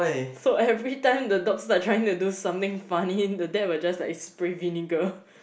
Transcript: so every time the dogs are trying to do something funny the dad will just like spray vinegar